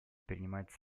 принимать